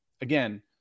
again